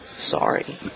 Sorry